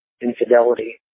infidelity